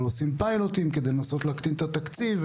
אבל עושים פיילוטים כדי לנסות להקטין את התקציב,